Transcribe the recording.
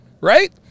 right